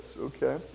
okay